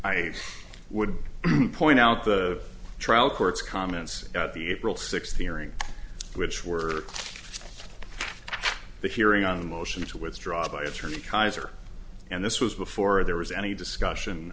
i would point out the trial court's comments at the april sixth hearing which were the hearing on a motion to withdraw by attorney kaiser and this was before there was any discussion